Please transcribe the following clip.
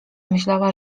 myślała